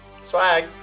Swag